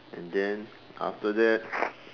and then after that